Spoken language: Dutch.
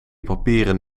papieren